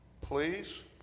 please